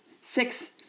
six